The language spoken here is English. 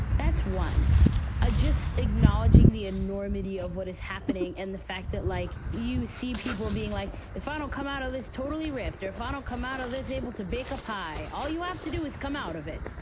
that's one a just acknowledging the enormity of what is happening and the fact that like you see people being like it finally come out of this totally ripped or final, come out of this able to bake a pie all you have to do is come out of it.